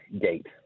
gate